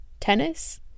Tennis